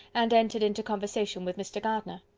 and entered into conversation with mr. gardiner.